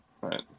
right